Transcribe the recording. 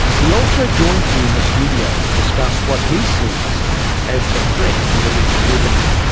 he also joined me in the studio to discuss what he sees as the threat to religious liberty.